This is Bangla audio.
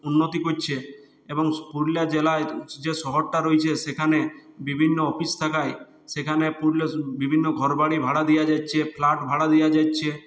উন্নতি করছে এবং পুরুলিয়া জেলায় যে শহরটা রয়েছে সেখানে বিভিন্ন অফিস থাকায় সেখানে পুরুলিয়ায় বিভিন্ন ঘর বাড়ি ভাড়া দেওয়া যাচ্ছে ফ্ল্যাট ভাড়া দেওয়া যাচ্ছে